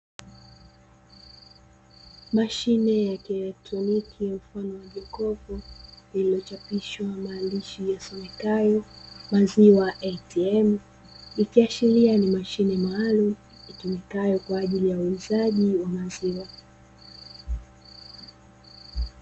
Mashine ya kielektroniki mfano wa jokofu lililochapishwa maandishi yasomekayo "maziwa ATM" ikiashilia ni mashine maalumu itumikayo kwa ajili ya uuzaji wa maziwa.